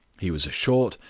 he was a short,